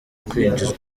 kwinjizwa